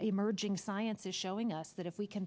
emerging science is showing us that if we can